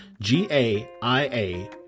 G-A-I-A